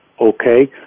okay